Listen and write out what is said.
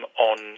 on